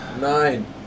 nine